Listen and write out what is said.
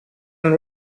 and